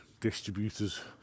distributors